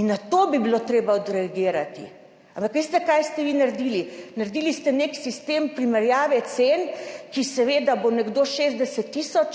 in na to bi bilo treba odreagirati. Ampak veste, kaj ste vi naredili? Naredili ste nek sistem primerjave cen, za katerega bo seveda nekdo pobasal denar, 60 tisoč,